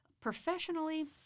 Professionally